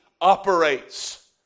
operates